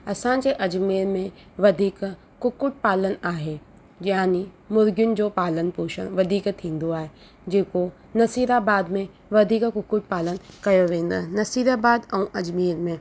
असां जे अजमेर में वधीक कुकुड़ पालन आहे यानि मुर्गियुनि जो पालन पोषण वधीक थींदो आहे जेको नसीराबाद में वधीक कुकुड़ पालन कयो वेंदो आहे नसीराबाद ऐं अजमेर में